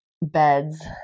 beds